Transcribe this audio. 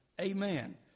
Amen